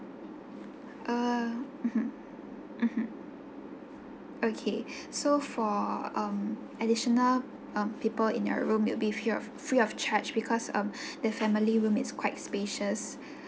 uh mmhmm mmhmm okay so for um additional um people in your room it will be free of free of charge because um the family room it's quite spacious